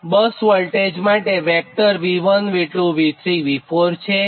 VBUS એ bus voltage માટે vector V1 V2 V3 V4 છે